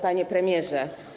Panie Premierze!